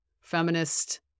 feminist